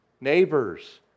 Neighbors